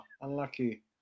unlucky